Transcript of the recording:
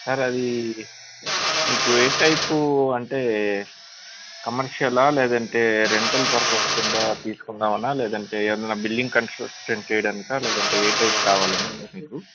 sir అదీ మీకు ఏ టైపూ అంటే కమర్షియలా లేదంటే రెంటల్ పర్పస్ కింద తీసుకుందామనా లేదంటే ఏదన్నా బిల్డింగ్ కంస్ట్రక్షన్ చెయ్డానికా లేదంటే ఏ టైపు కావాలని అది మీకు